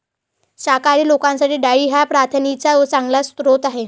शाकाहारी लोकांसाठी डाळी हा प्रथिनांचा चांगला स्रोत आहे